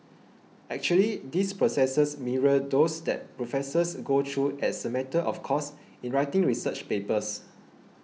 actually these processes mirror those that professors go through as a matter of course in writing research papers